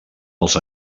dels